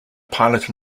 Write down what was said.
pilot